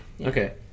Okay